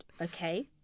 okay